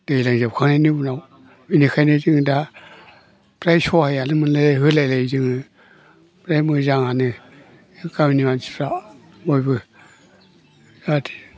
दैज्लां जोबखांनायनि उनाव बिनिखायनो जोङो दा फ्राय सहायानो मोनलायो होलाय लायो जोङो फ्राय मोजाङानो गामिनि मानसिफ्रा बयबो जाहाथे